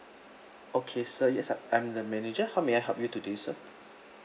okay sir yes uh I'm the manager how may I help you today sir